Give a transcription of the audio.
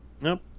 Nope